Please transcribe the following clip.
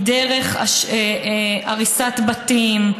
דרך הריסת בתים,